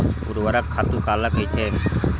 ऊर्वरक खातु काला कहिथे?